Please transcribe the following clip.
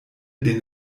den